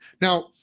now